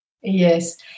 Yes